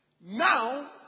now